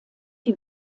die